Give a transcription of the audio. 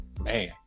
man